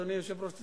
אדוני היושב-ראש,